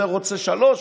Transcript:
זה רוצה 03:00,